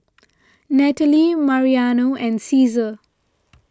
Natalie Mariano and Ceasar